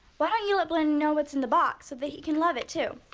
why don't you let blynn know what's in the box so that he can love it too?